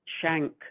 shank